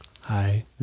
Hi